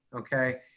okay?